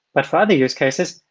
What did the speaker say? but for other use cases,